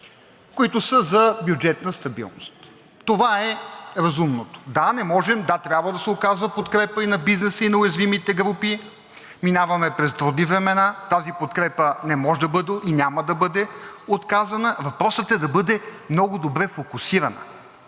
които са за бюджетна стабилност – това е разумното. Да, не можем. Да, трябва да се оказва подкрепа и на бизнеса, и на уязвимите групи. Минаваме през трудни времена и тази подкрепа не може да бъде и няма да бъде отказана, въпросът е да бъде много добре фокусирана.